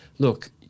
Look